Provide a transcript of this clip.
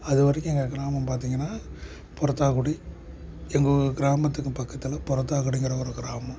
அதுவரைக்கும் எங்கள் கிராமம் பார்த்தீங்கனா புறத்தாகுடி எங்கள் ஊர் கிராமத்துக்கும் பக்கத்தில் புறத்தாக்குடிங்கிற ஒரு கிராமம்